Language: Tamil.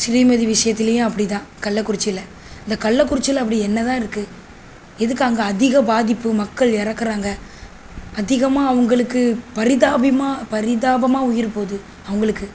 ஸ்ரீமதி விஷயத்துலையும் அப்படி தான் கள்ளக்குறிச்சியில இந்த கள்ளக்குறிச்சியில அப்படி என்ன தான் இருக்குது எதுக்கு அங்கே அதிக பாதிப்பு மக்கள் இறக்குறாங்க அதிகமாக அவங்களுக்கு பரிதாபமா பரிதாபமாக உயிர் போது அவங்களுக்கு